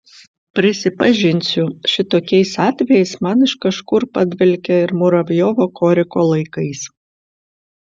prisipažinsiu šitokiais atvejais man iš kažkur padvelkia ir muravjovo koriko laikais